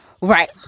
Right